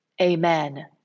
Amen